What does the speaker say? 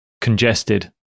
congested